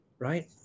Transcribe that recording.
right